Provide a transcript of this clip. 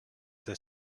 the